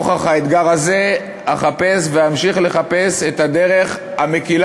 נוכח האתגר הזה אחפש ואמשיך לחפש את הדרך המקלה